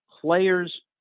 players